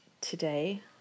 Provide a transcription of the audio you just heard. today